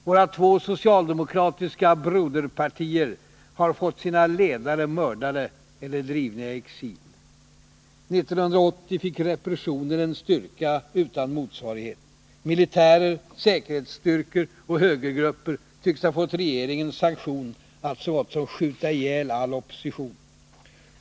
Våra två socialdemokratiska broderpartier har fått sina ledare mördade eller drivna i exil. 1980 fick repressionen en styrka utan motsvarighet. Militärer, säkerhetsstyrkor och högergrupper tycks ha fått regeringens sanktion att skjuta ihjäl all opposition.